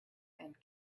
and